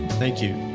thank you